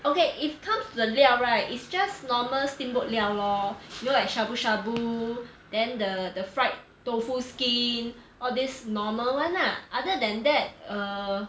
okay if comes to the 料 right it's just normal steamboat 料 lor you know like shabu shabu then the the fried tofu skin all these normal [one] lah other than that uh